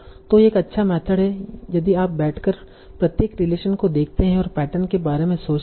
तो यह एक अच्छा मेथड है यदि आप बैठकर प्रत्येक रिलेशन को देखते हैं और पैटर्न के बारे में सोचते हैं